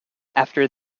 after